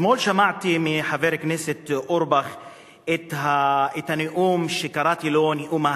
אתמול שמעתי מחבר כנסת אורבך את הנאום שקראתי לו "נאום ההנחות",